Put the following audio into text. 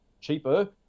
cheaper